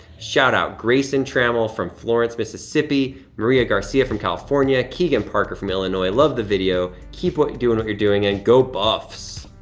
shout-out grayson trammell from florence, mississippi, maria garcia from california, keegan parker from illinois. love the video, keep doing what you're doing and go buffs.